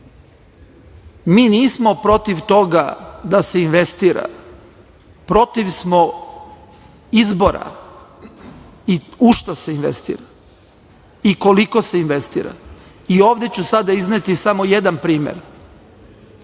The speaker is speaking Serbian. mi nismo protiv toga da se investira, protiv smo izbora u šta se investira i koliko se investira. Ovde ću sada izneti samo jedan primer.